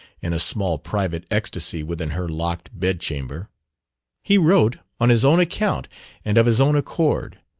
in a small private ecstasy within her locked bedchamber he wrote on his own account and of his own accord.